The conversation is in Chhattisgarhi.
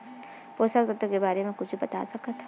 पोषक तत्व के बारे मा कुछु बता सकत हवय?